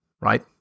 right